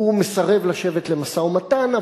הוא מסרב לשבת למשא-ומתן,